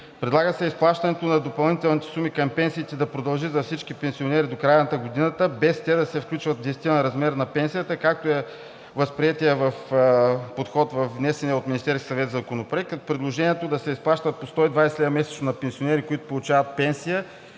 Предлага се изплащането на допълнителните суми към пенсиите да продължи за всички пенсионери до края на годината, без те да се включват в действителния размер на пенсията, както е възприетият подход във внесения от Министерския съвет законопроект, като предложението е да се изплащат по 120 лв. месечно на пенсионери, които получават пенсия